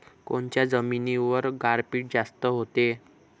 कोनच्या जमिनीवर गारपीट जास्त व्हते?